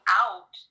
out